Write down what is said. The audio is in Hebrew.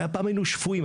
פעם היינו שפויים,